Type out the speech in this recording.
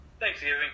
Thanksgiving